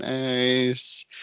nice